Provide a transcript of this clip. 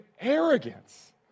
arrogance